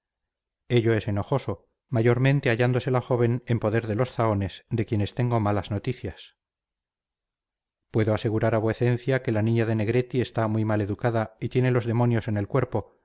es enojoso mayormente hallándose la joven en poder de los zahones de quienes tengo malas noticias puedo asegurar a vuecencia que la niña de negretti está muy mal educada y tiene los demonios en el cuerpo